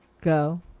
Go